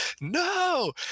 no